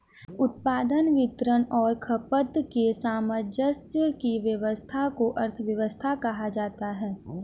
उत्पादन, वितरण और खपत के सामंजस्य की व्यस्वस्था को अर्थव्यवस्था कहा जाता है